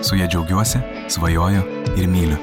su ja džiaugiuosi svajoju ir myliu